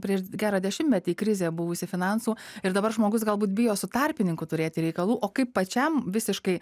prieš gerą dešimtmetį krizė buvusi finansų ir dabar žmogus galbūt bijo su tarpininku turėti reikalų o kaip pačiam visiškai